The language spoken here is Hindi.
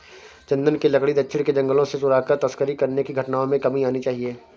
चन्दन की लकड़ी दक्षिण के जंगलों से चुराकर तस्करी करने की घटनाओं में कमी आनी चाहिए